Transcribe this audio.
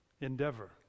endeavor